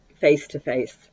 face-to-face